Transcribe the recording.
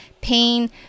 pain